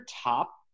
top